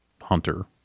Hunter